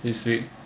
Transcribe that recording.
this week